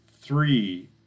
three